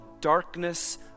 darkness